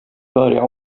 börja